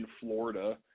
Florida